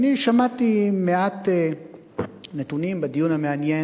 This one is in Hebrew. שמעתי מעט נתונים בדיון המעניין,